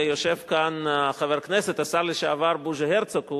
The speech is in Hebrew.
ויושב כאן חבר הכנסת השר לשעבר בוז'י הרצוג,